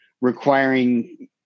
requiring